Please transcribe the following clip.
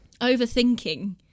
overthinking